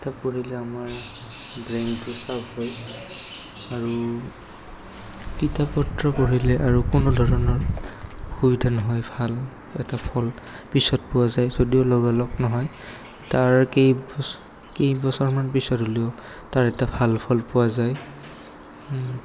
কিতাপ পঢ়িলে আমাৰ ব্ৰেইনটো শ্বাৰ্প হয় আৰু কিতাপ পত্ৰ পঢ়িলে আৰু কোনো ধৰণৰ অসুবিধা নহয় ভাল এটা ফল পিছত পোৱা যায় যদিও লগালগ নহয় তাৰ কেই কেইবছৰমান পিছত হ'লেও তাৰ এটা ভাল ফল পোৱা যায়